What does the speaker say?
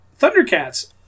Thundercats